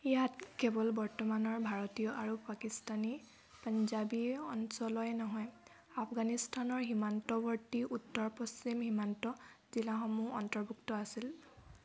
ইয়াত কেৱল বৰ্তমানৰ ভাৰতীয় আৰু পাকিস্তানী পাঞ্জাৱী অঞ্চলেই নহয় আফগানিস্তানৰ সীমান্তৱৰ্তী উত্তৰ পশ্চিম সীমান্ত জিলাসমূহো অন্তৰ্ভুক্ত আছিল